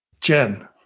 Jen